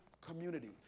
community